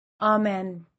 Amen